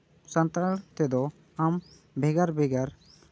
ᱥᱟᱱᱛᱟᱲ ᱛᱮᱫᱚ ᱟᱢ ᱵᱷᱮᱜᱟᱨᱼᱵᱷᱮᱜᱟᱨ